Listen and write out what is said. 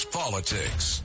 politics